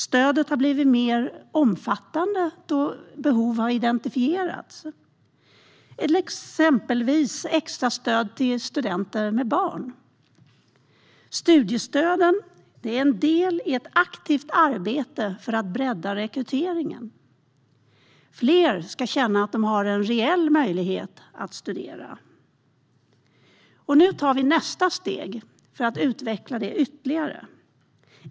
Stödet har blivit mer omfattande då behov har identifierats, exempelvis extra stöd till studenter med barn. Studiestöd är en del i ett aktivt arbete för breddad rekrytering. Fler ska känna att man har en reell möjlighet att studera. Nu tar vi nästa steg för att utveckla studiestöden ytterligare.